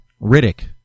Riddick